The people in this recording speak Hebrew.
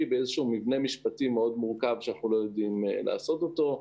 באיזשהו מבנה משפטי מאוד מורכב שאנחנו לא יודעים לעשות אותו.